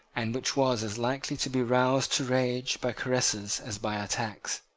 and which was as likely to be roused to rage by caresses as by attacks.